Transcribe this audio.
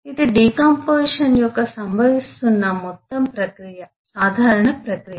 ఇది డికాంపొజిషన్ యొక్క సంభవిస్తున్నమొత్తం ప్రక్రియ సాధారణ ప్రక్రియ